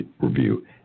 review